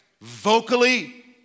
vocally